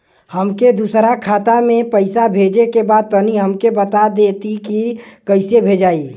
हमके दूसरा खाता में पैसा भेजे के बा तनि हमके बता देती की कइसे भेजाई?